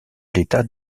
l’état